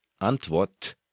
antwort